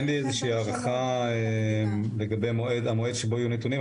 אין לי איזה שהיא הערכה לגבי המועד שבו יהיו הנתונים.